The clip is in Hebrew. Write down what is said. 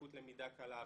לקות למידה קלה,